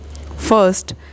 First